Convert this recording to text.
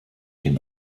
den